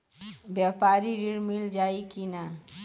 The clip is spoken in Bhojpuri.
व्यापारी ऋण मिल जाई कि ना?